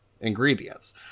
ingredients